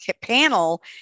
panel